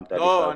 גם תהליך העבודה,